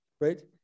right